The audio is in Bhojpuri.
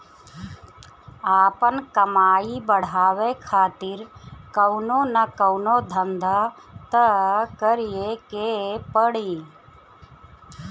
आपन कमाई बढ़ावे खातिर कवनो न कवनो धंधा तअ करीए के पड़ी